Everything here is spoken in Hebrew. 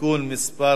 (תיקון מס'